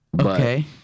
Okay